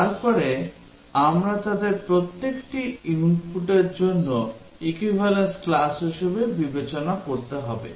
তারপরে আমরা তাদের প্রত্যেককে ইনপুটটির জন্য equivalence class হিসাবে বিবেচনা করতে হবে